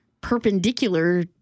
perpendicular